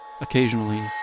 occasionally